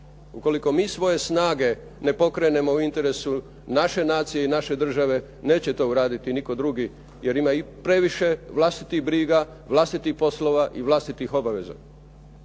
ukoliko mi svoje snage ne pokrenemo u interesu naše nacije i naše države neće to uraditi nitko drugi jer ima i previše vlastitih briga, vlastitih poslova i vlastitih obaveza.